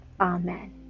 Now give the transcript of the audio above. Amen